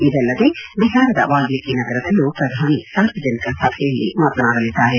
ಇದಲ್ಲದೆ ಬಿಹಾರದ ವಾಲ್ಷೀಕಿ ನಗರದಲ್ಲೂ ಪ್ರಧಾನಿ ಸಾರ್ವಜನಿಕ ಸಭೆಯಲ್ಲಿ ಮಾತನಾಡಲಿದ್ದಾರೆ